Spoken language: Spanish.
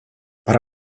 para